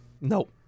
Nope